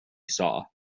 saw